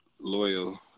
loyal